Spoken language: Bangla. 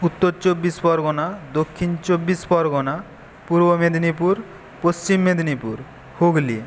উত্তর চব্বিশ পরগনা দক্ষিণ চব্বিশ পরগনা পূর্ব মেদিনীপুর পশ্চিম মেদিনীপুর হুগলি